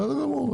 בסדר גמור.